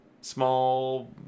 Small